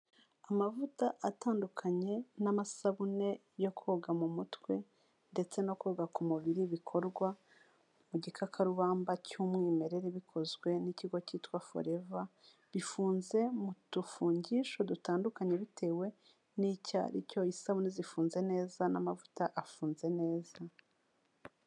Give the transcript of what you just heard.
Amavuta atandukanye n'amasabune yo koga mu mutwe ndetse no koga ku mubiri bikorwa mu gikakarubamba cy'umwimerere bikozwe n'ikigo cyitwa forever. Bifunze mu dufungisho dutandukanye bitewe n'icyo ari cyo isabune zifunze neza n'amavuta afunze neza.